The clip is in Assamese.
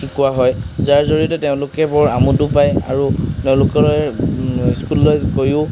শিকোৱা হয় যাৰ জৰিয়তে তেওঁলোকে বৰ আমোদো পায় আৰু তেওঁলোকে স্কুললৈ গৈও